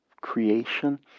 creation